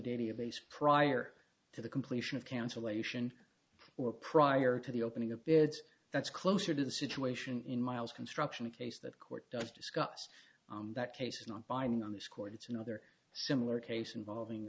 database prior to the completion of cancellation or prior to the opening of beds that's closer to the situation in miles construction case that court does discuss that case is not binding on this court it's another similar case involving